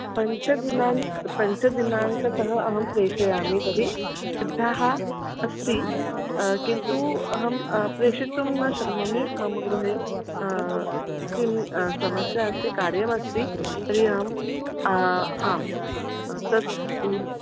पञ्चदिनाङ्कः पञ्चदिनाङ्कतः अहं प्रेषयामि तर्हि सिद्धा अस्ति किन्तु अहं प्रेषितुं न शक्नोमि मम गृहे किं समस्या अस्ति कार्यमस्ति तर्हि अहम् आं तत्